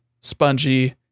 spongy